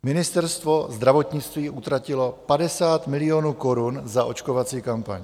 Ministerstvo zdravotnictví utratilo 50 milionů korun za očkovací kampaň.